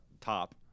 top